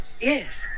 Yes